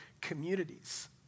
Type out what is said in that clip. communities